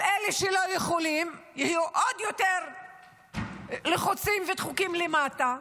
אלה שלא יכולים יהיו עוד יותר לחוצים למטה,